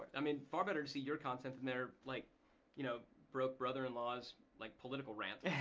i mean far better to see your content than their like you know broke brother-in-law's like political rant.